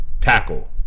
tackle